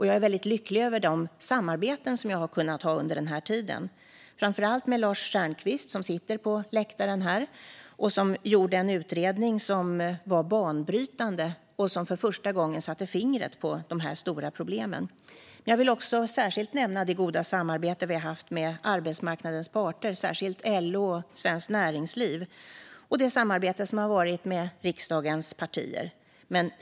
Jag är väldigt lycklig över de samarbeten som jag har kunnat ha under den här tiden, framför allt med Lars Stjernkvist, som sitter på läktaren i dag, som gjorde en utredning som var banbrytande och för första gången satte fingret på de stora problemen. Jag vill också nämna det goda samarbete vi har haft med arbetsmarknadens parter, särskilt LO och Svenskt Näringsliv, och det samarbete som har varit med riksdagens partier.